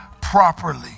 properly